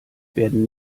werden